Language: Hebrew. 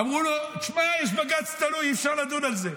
אמרו לו: תשמע, יש בג"ץ תלוי, אי-אפשר לדון על זה.